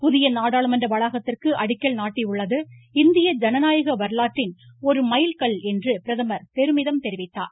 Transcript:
புதிய நாடாளுமன்ற வளாகத்திற்கு அடிக்கல் நாட்டியுள்ளது இந்திய ஜனநாயக வரலாற்றின் ஒரு மைல் கல் என்று பெருமிதம் தெரிவித்தார்